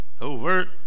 overt